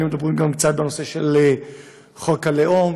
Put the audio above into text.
היינו מדברים גם קצת בנושא של חוק הלאום